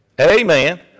Amen